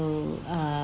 err uh